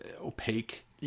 opaque